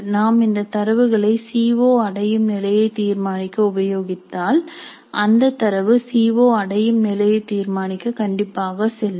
நாம் இந்த தரவுகளை சி ஓ அடையும் நிலையை தீர்மானிக்க உபயோகித்தால் அந்த தரவு சிஓ அடையும் நிலையை தீர்மானிக்க கண்டிப்பாக செல்லும்